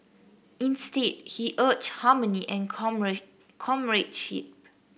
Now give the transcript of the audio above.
instead he urged harmony and comradeship